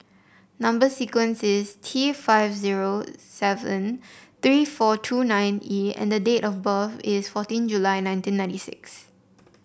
number sequence is T five zero seven three four two nine E and date of birth is fourteen July nineteen ninety six